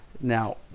Now